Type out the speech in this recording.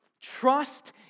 Trust